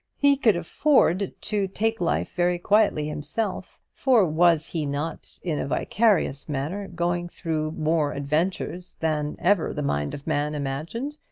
he could afford to take life very quietly himself for was he not, in a vicarious manner, going through more adventures than ever the mind of man imagined?